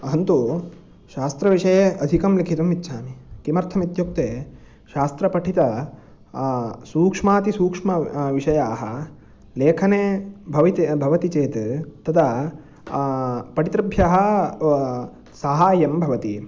अहं तु शास्त्रविषये अधिकं लेखितुम् इच्छामि किमर्थमित्युक्ते शास्त्रपठित सूक्ष्मातिसूक्ष्म विषयाः लेखने भवित भवति चेत् तदा पठितृभ्यः साहाय्यं भवति